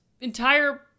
entire